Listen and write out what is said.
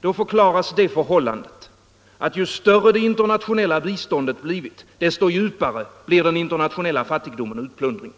Då förklaras det förhållandet att ju större det internationella biståndet blivit, desto djupare blir den internationella fattigdomen och utplundringen.